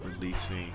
releasing